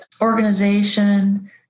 organization